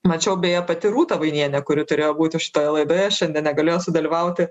mačiau beje pati rūta vainienė kuri turėjo būti šitoje laidoje šiandien negalėjo sudalyvauti